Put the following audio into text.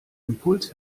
impuls